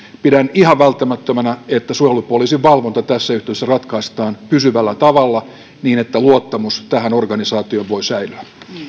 pidän ihan välttämättömänä että suojelupoliisin valvonta tässä yhteydessä ratkaistaan pysyvällä tavalla niin että luottamus tähän organisaatioon voi säilyä